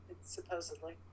supposedly